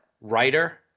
writer